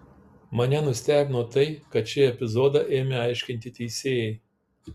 mane nustebino tai kad šį epizodą ėmė aiškinti teisėjai